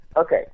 Okay